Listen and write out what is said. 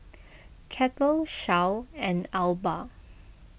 Kettle Shell and Alba